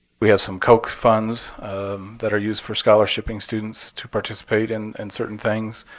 we have some coke funds that are used for scholarshiping students to participate in and certain things.